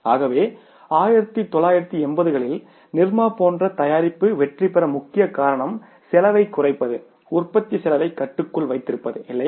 ஆகவே 1980 களில் நிர்மா போன்ற தயாரிப்பு வெற்றிபெற முக்கிய காரணம் செலவைக் குறைப்பது உற்பத்திச் செலவை கட்டுக்குள் வைத்திருப்பதுஇல்லையா